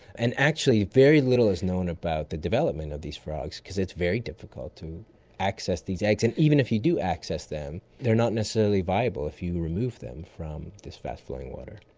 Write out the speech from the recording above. and actually very little is known about the development of these frogs because it's very difficult to access these eggs, and even if you do access them they're not necessarily viable if you remove them from this fast flowing water.